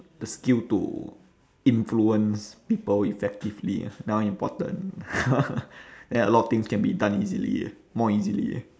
the skill to influence people effectively that one important then a lot of things can be done easily more easily